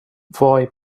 وای